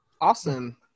Awesome